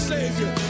Savior